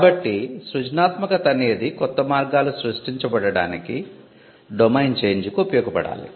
కాబట్టి సృజనాత్మకత అనేది కొత్త మార్గాలు సృస్టించ బడటానికి ఉపయోగ పడాలి